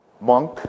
monk